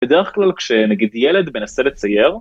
בדרך כלל כשנגיד ילד מנסה לצייר.